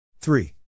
three